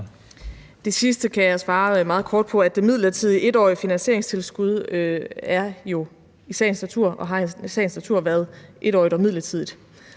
Det sidste kan jeg svare meget kort på. Det midlertidige 1-årige finansieringstilskud er jo i sagens natur og har i sagens natur været 1-årigt og midlertidigt,